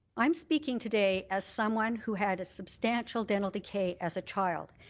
i'm speaking today as someone who had a substantial dental decay as a child.